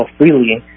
freely